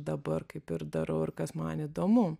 dabar kaip ir darau ir kas man įdomu